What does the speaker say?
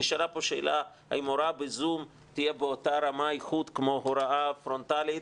נשאלה פה שאלה האם הוראה בזום תהיה באותה רמת איכות כמו הוראה פרונטלית,